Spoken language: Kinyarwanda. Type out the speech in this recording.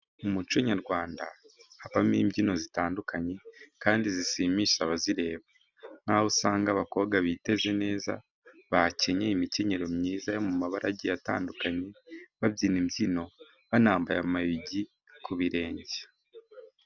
Mu muco nyarwanda habamo imbyino zitandukanye kandi zishimisha abazireba, nk’aho usanga abakobwa biteze neza, bakenyeye imikenyero myiza yo mu mabara agiye atandukanye, babyina imbyino banambaye amayugi ku birenge.